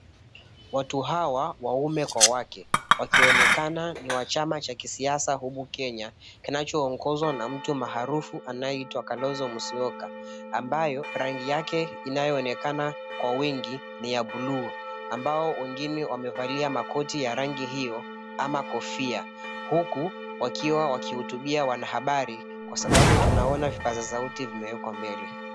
Watu hawa waume kwa wake, wakionekana ni wa chama cha kisiasa humu Kenya kinachoongozwa na mtu maarufu humu Kenya anayeitwa Kalonzo Musyoka. Ambayo rangi yake inayoonekana Kwa wingi ni ya blu ambao wengine wamevalia makoti ya rangi hiyo ama kofia huku wakiwa wakihutubia wanahabari kwasababu tunaona vipasa sauti zimewekwa mbele.